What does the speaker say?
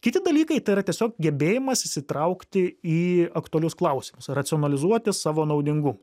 kiti dalykai tai yra tiesiog gebėjimas įsitraukti į aktualius klausimus racionalizuoti savo naudingumą